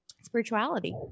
spirituality